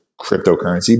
cryptocurrency